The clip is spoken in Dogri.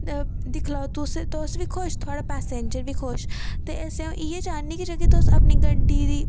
दिक्खी लाओ तुस बी खुश थोआड़ा पैसेंजर बी खुश ते अस इ'यै चांह्न्नी कि जेह्की तुस अपनी गड्डी दी